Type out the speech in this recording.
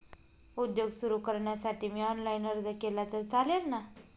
उद्योग सुरु करण्यासाठी मी ऑनलाईन अर्ज केला तर चालेल ना?